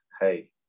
hey